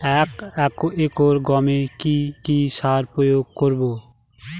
এক একর গমে কি কী সার প্রয়োগ করব?